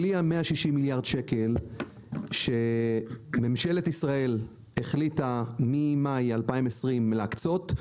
בלי ה-160 מיליארד שקל שממשלת ישראל החליטה ממאי 2020 להקצות,